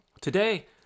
Today